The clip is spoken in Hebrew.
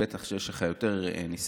ובטח שיש לך יותר ניסיון,